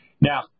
Now